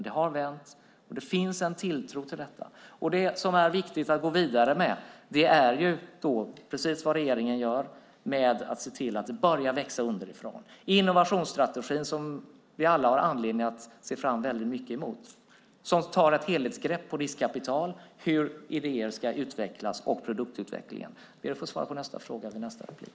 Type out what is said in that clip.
Det har vänt, och det finns en tilltro. Det är viktigt att gå in såsom regeringen gör och se till att det börjar växa underifrån. Innovationsstrategin, som vi alla har anledning att se fram emot, tar ett helhetsgrepp på riskkapital, på hur idéer ska utvecklas och på produktutveckling. Jag ber att få svara på de andra frågorna i nästa replik.